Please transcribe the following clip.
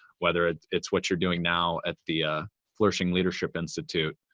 whether it's it's what you're doing now at the ah flourishing leadership institute.